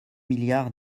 milliards